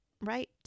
Right